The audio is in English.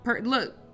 look